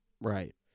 Right